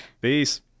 Peace